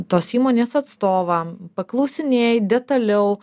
tos įmonės atstovą paklausinėji detaliau